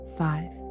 five